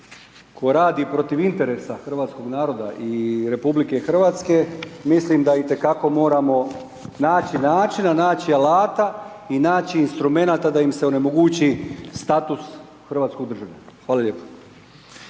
ko radi protiv interesa hrvatskog naroda i RH mislim da itekako moramo naći načina, naći alata i naći instrumenata da im se onemogući status hrvatskog državljana. Hvala lijepo.